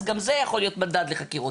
אז גם זה יכול להיות מדד לחקירות.